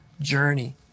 journey